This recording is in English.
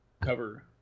cover